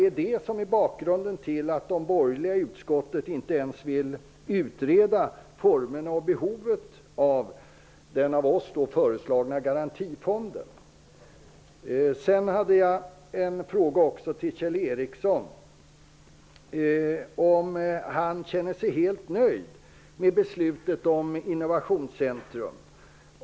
Är det bakgrunden till att de borgerliga i utskottet inte ens vill utreda formerna för och behovet av den av oss föreslagna garantifonden? Jag har en fråga även till Kjell Ericsson: Känner sig Kjell Ericsson helt nöjd med beslutet om innovationscentrum?